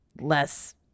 less